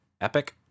epic